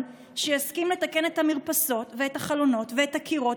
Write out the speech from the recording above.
שיסכים לתקן את המרפסות ואת החלונות ואת הקירות,